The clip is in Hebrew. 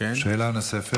שאלה נוספת.